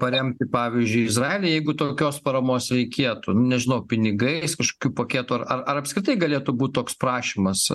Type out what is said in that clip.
paremti pavyzdžiui izraelį jeigu tokios paramos reikėtų nu nežinau pinigais kažkokių paketų ar ar ar apskritai galėtų būt toks prašymas